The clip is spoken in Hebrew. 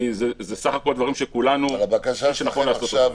כי זה סך הכול דברים שכולנו --- אבל הבקשה שלכם עכשיו